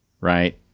right